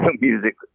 music